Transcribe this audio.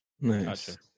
Nice